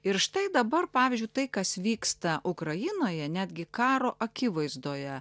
ir štai dabar pavyzdžiui tai kas vyksta ukrainoje netgi karo akivaizdoje